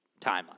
timeline